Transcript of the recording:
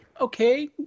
okay